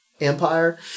Empire